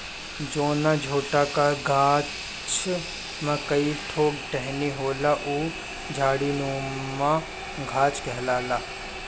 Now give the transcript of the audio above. जौना छोटका गाछ में कई ठो टहनी होला उ झाड़ीनुमा गाछ कहाला